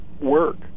work